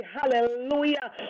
Hallelujah